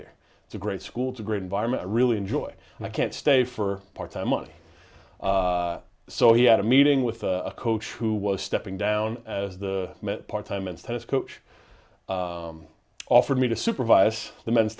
here it's a great schools a great environment really enjoy i can't stay for part time money so he had a meeting with a coach who was stepping down as the part time instead of coach offered me to supervise the men's